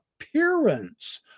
appearance